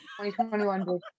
2021